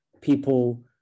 people